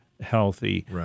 healthy